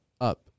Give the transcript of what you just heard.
up